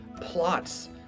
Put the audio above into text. plots